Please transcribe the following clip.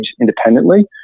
independently